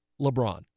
LeBron